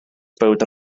bowdr